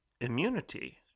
immunity